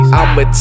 I'ma